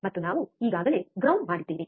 ಮತ್ತು ನಾವು ಈಗಾಗಲೇ ಗ್ರೌಂಡ್ ಮಾಡಿದ್ದೇವೆ